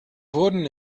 wurden